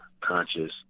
conscious